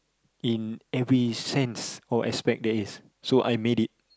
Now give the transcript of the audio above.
in every sense or aspect there is so I made it